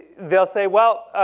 they'll say, well,